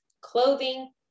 clothing